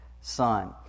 son